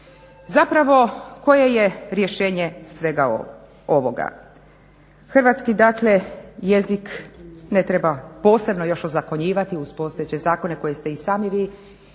Zapravo koje je rješenje svega ovoga? Hrvatski dakle jezik ne treba posebno još ozakonjivati uz postojeće zakone koje ste i sami vi gospodo